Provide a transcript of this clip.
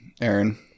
aaron